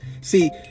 see